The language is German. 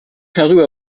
darüber